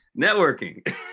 networking